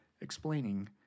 explaining